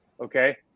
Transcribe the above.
okay